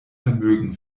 vermögen